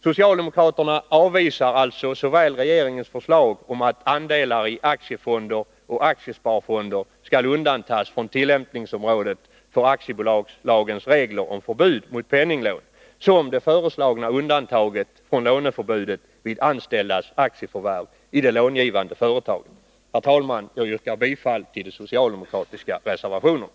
Socialdemokraterna avvisar alltså såväl regeringens förslag om att andelar i aktiefonder och aktiesparfonder skall undantas från tillämpningsområdet för aktiebolagslagens regler om förbud mot penningslån som det föreslagna undantaget från låneförbudet vid anställdas aktieförvärv i det långivande företaget. Herr talman! Jag yrkar bifall till de socialdemokratiska reservationerna.